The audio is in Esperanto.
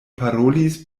parolis